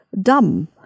dumb